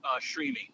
streaming